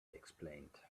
explained